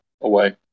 away